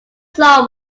saw